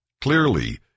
Clearly